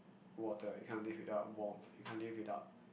water you can't live without warmth you can't live without